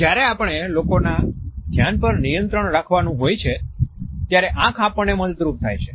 જયારે આપણે લોકોના ધ્યાન પર નિયંત્રણ રાખવાનું હોય છે ત્યારે આંખ આપણને મદદરૂપ થાય છે